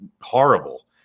horrible